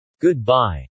Goodbye